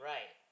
Right